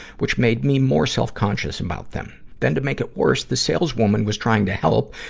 which made me more self-conscious about them. then, to make it worse, the saleswoman was trying to help.